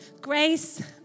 grace